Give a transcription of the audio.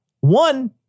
one-